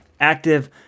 active